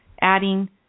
adding